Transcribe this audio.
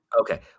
Okay